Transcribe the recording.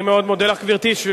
אני מאוד מודה לך, גברתי.